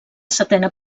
setena